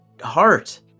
heart